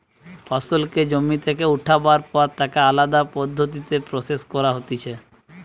ফসলকে জমি থেকে উঠাবার পর তাকে আলদা পদ্ধতিতে প্রসেস করা হতিছে